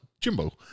jimbo